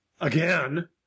again